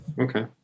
Okay